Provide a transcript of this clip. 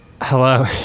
hello